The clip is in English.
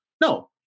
No